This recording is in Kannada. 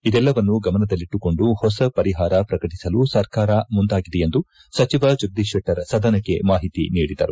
ಇದೆಲ್ಲವನ್ನೂ ಗಮನದಲ್ಲಿಟ್ಟುಕೊಂಡು ಹೊಸ ಪರಿಹಾರ ಪ್ರಕಟಿಸಲು ಸರ್ಕಾರ ಮುಂದಾಗಿದೆ ಎಂದು ಸಚಿವ ಜಗದೀಶ್ ಶೆಟ್ಟರ್ ಸದನಕ್ಕೆ ಮಾಹಿತಿ ನೀಡಿದರು